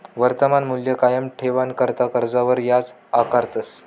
वर्तमान मूल्य कायम ठेवाणाकरता कर्जवर याज आकारतस